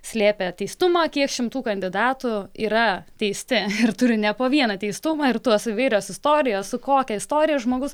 slėpė teistumą kiek šimtų kandidatų yra teisti ir turi ne po vieną teistumą ir tos įvairios istorijos su kokia istorija žmogus